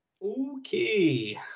Okay